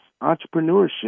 entrepreneurship